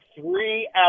three